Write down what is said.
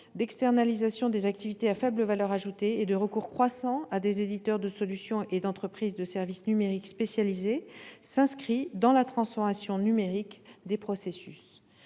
d'externalisation des activités à faible valeur ajoutée et de recours croissant à des éditeurs de solutions et des entreprises de services numériques spécialisées s'inscrit dans la transformation numérique des processus.